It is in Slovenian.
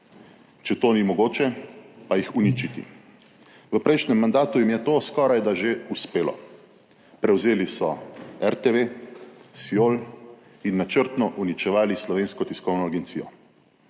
če to ni mogoče, pa jih uničiti. V prejšnjem mandatu jim je to skorajda že uspelo: prevzeli so RTV, Siol in načrtno uničevali Slovensko tiskovno agencijo.